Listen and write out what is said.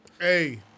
Hey